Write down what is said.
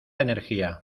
energía